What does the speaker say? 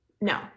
No